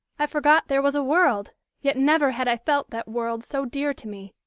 i forgot there was a world, yet never had i felt that world so dear to me!